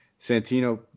Santino